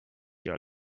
your